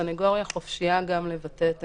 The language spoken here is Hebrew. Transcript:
הסנגוריה חופשיה גם לבטא את עמדתה.